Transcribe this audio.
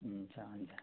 हुन्छ हुन्छ